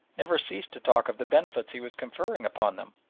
never ceased to talk of the benefits he was conferring upon them,